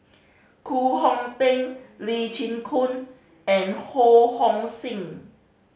Koh Hong Teng Lee Chin Koon and Ho Hong Sing